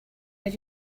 are